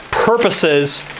purposes